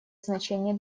значение